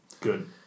Good